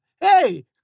Hey